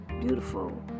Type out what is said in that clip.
beautiful